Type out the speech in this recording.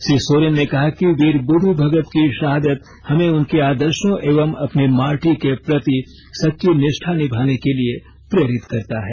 श्री सोरेन ने कहा कि वीर बुधु भगत की शहादत हमें उनके आदर्शों एवं अपनी माटी के प्रति सच्ची निष्ठा निभाने के लिए प्रेरित करता है